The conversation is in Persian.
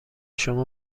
شما